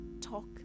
talk